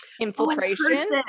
infiltration